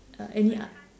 uh any